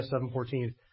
7.14